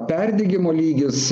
perdegimo lygis